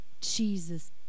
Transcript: Jesus